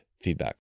feedback